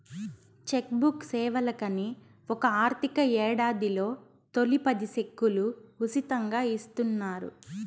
check book సేవలకని ఒక ఆర్థిక యేడాదిలో తొలి పది సెక్కులు ఉసితంగా ఇస్తున్నారు